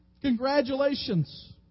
Congratulations